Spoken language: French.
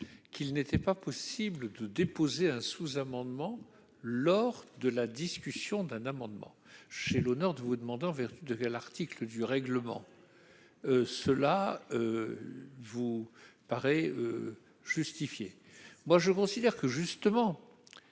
qu'il n'était pas possible de déposer un sous-amendement lors de la discussion d'un amendement chez l'honneur de vous demander en vertu l'article du règlement, cela vous paraît justifiée, moi je considère que justement